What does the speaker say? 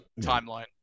timeline